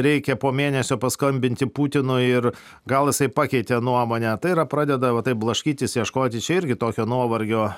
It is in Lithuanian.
reikia po mėnesio paskambinti putinui ir gal jisai pakeitė nuomonę tai yra pradeda va taip blaškytis ieškoti čia irgi tokio nuovargio